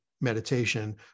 meditation